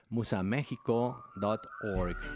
Musamexico.org